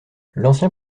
l’ancien